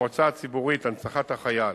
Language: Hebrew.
המועצה הציבורית להנצחת החייל,